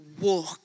walk